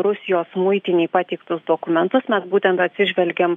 rusijos muitinei pateiktus dokumentus mat būtent atsižvelgėm